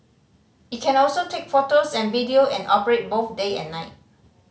it can also take photos and video and operate both day and night